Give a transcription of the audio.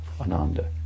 Ananda